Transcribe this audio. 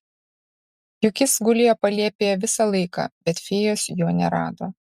juk jis gulėjo palėpėje visą laiką bet fėjos jo nerado